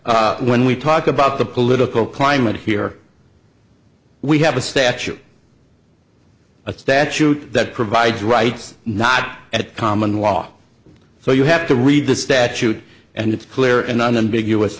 because when we talk about the political climate here we have a statute a statute that provides rights not at common law so you have to read the statute and it's clear and unambiguous